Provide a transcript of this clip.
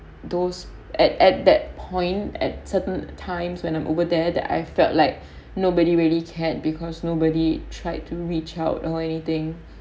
those at at that point at certain times when I'm over there that I felt like nobody really cared because nobody tried to reach out or anything